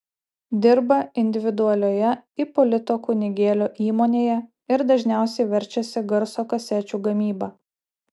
dirba individualioje ipolito kunigėlio įmonėje ir dažniausiai verčiasi garso kasečių gamyba